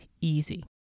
easy